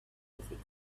difficult